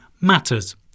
matters